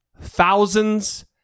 thousands